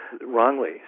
wrongly